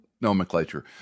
nomenclature